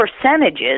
percentages